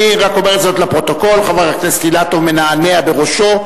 אני רק אומר זאת לפרוטוקול: חבר הכנסת אילטוב מנענע בראשו,